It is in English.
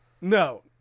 No